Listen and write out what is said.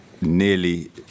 nearly